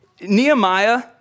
Nehemiah